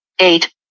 eight